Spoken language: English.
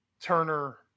Turner